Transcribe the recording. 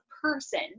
person